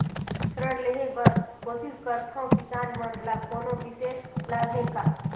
ऋण लेहे बर कोशिश करथवं, किसान मन ल कोनो विशेष लाभ हे का?